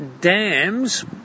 dams